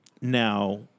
Now